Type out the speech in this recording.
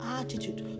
attitude